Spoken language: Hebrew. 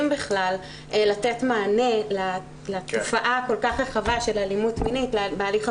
בכלל לתת מענה לתופעה הכל כך רחבה של אלימות מינית בהליך הפלילי.